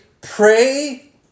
Pray